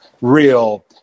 real